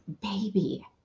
baby